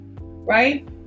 right